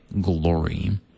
glory